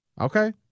Okay